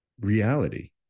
reality